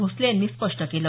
भोसले यांनी स्पष्ट केलं